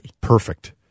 perfect